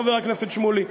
חבר הכנסת שמולי,